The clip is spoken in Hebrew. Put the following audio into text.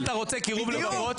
אם אתה רוצה קירוב לבבות,